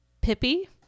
Pippi